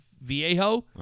Viejo